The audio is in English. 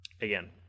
again